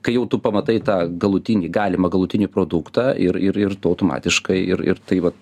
kai jau tu pamatai tą galutinį galimą galutinį produktą ir ir ir tu automatiškai ir ir tai va